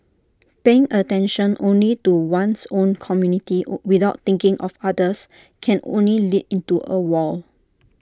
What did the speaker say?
paying attention only to one's own community on without thinking of others can only lead into A wall